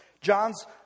John's